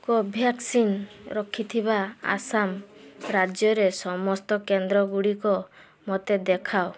କୋଭ୍ୟାକ୍ସିନ୍ ରଖିଥିବା ଆସାମ ରାଜ୍ୟରେ ସମସ୍ତ କେନ୍ଦ୍ରଗୁଡ଼ିକ ମୋତେ ଦେଖାଅ